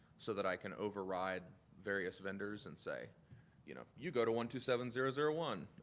so that i can override various vendors and say you know you go to one two seven zero zero one.